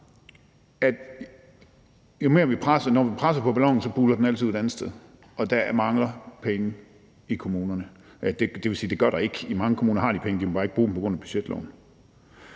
når vi presser på ballonen, buler den altid ud et andet sted. Der mangler penge i kommunerne. Det vil sige, at det gør der ikke, for i mange kommuner har i penge, de må bare ikke bruge dem på grund af budgetloven.